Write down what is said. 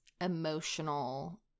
emotional